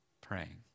praying